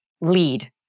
lead